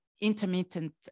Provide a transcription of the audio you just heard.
intermittent